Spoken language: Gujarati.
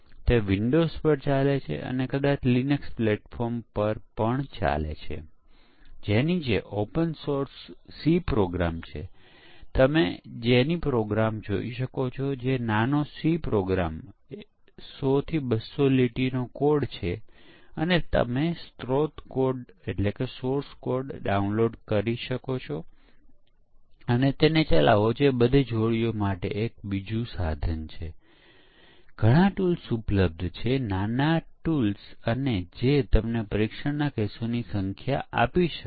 તેનો ખરેખર અર્થ શું છે કે જો યુનિટ પાસે ડ્રાઈવર કોડ હોય અથવા કોઈ બીજા કોઈક યુનિટને તેને કોલ કરવાની જરૂર હોય અને પરિણામ મેળવવા માટે તેને કેટલાક અન્ય એકમોને કોલ કરવાની જરૂર હોય તો આપણે યુનિટ પરીક્ષણ કરતા પહેલા સ્ટબમાં ડ્રાઇવર લખવો પડશે